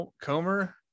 comer